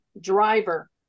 Driver